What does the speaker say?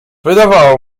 wydawało